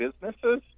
businesses